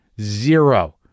zero